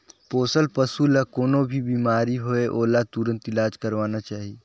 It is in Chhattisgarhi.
पोसल पसु ल कोनों भी बेमारी होये ओला तुरत इलाज करवाना चाही